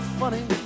funny